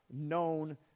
known